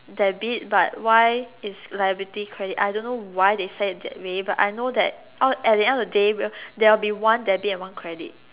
debit but why is liability credit I don't know they set it that way but I know that at the end of the day there will be one debit and one credit